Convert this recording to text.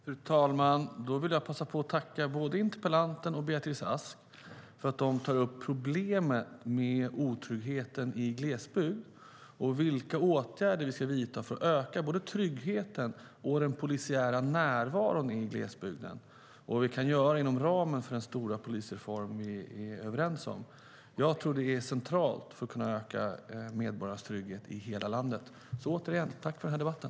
Fru talman! Jag vill tacka både interpellanten och Beatrice Ask för att de tar upp problemet med otryggheten i glesbygd, vilka åtgärder vi ska vidta för att öka både tryggheten och den polisiära närvaron i glesbygden samt vad vi kan göra inom ramen för den stora polisreform som vi är överens om. Jag tror att det är centralt för att kunna öka medborgarnas trygghet i hela landet. Återigen: Tack för debatten!